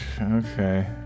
okay